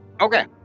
Okay